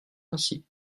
ainsi